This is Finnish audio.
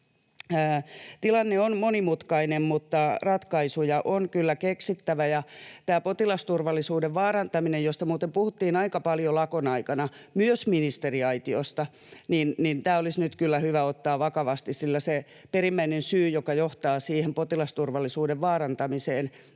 Tilanne on monimutkainen, mutta ratkaisuja on kyllä keksittävä. Tämä potilasturvallisuuden vaarantaminen, josta muuten puhuttiin aika paljon lakon aikana, myös ministeriaitiosta, olisi nyt kyllä hyvä ottaa vakavasti, sillä se perimmäinen syy, joka johtaa siihen potilasturvallisuuden vaarantamiseen,